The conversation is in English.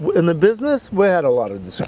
in the business, we had a lot of